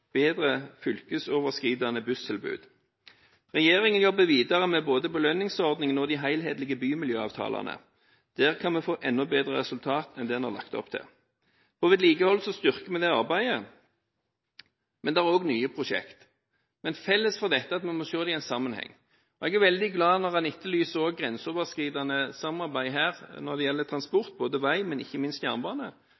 bedre fylkesoverskridende busstilbud. Regjeringen jobber videre med både belønningsordningen og de helhetlige bymiljøavtalene. Der kan vi få enda bedre resultater enn det en har lagt opp til. Når det gjelder vedlikehold, styrker vi det arbeidet. Men det er også nye prosjekter. Felles for dette er at vi må se det i en sammenheng. Jeg er veldig glad når en også etterlyser grenseoverskridende samarbeid når det gjelder